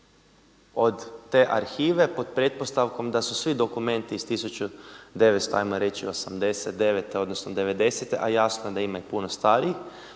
od te arhive pod pretpostavkom da su svi dokumenti iz 1900 ajmo reći '89. odnosno '90.-te a jasno da ima i puno starijih